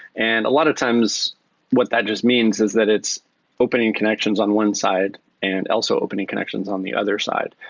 and a lot of times what that just means is that it's opening connections on one side and also opening connections on the other side.